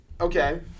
Okay